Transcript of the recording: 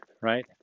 right